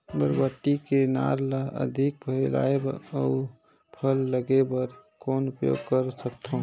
बरबट्टी के नार ल अधिक फैलाय अउ फल लागे बर कौन उपाय कर सकथव?